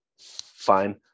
fine